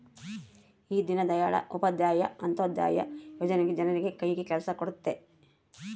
ಈ ದೀನ್ ದಯಾಳ್ ಉಪಾಧ್ಯಾಯ ಅಂತ್ಯೋದಯ ಯೋಜನೆ ಜನರಿಗೆ ಕೈ ಕೆಲ್ಸ ಕೊಡುತ್ತೆ